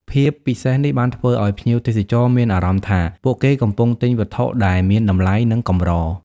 ភាពពិសេសនេះបានធ្វើឲ្យភ្ញៀវទេសចរមានអារម្មណ៍ថា ពួកគេកំពុងទិញវត្ថុដែលមានតម្លៃ និងកម្រ។